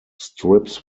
strips